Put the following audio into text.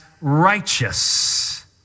righteous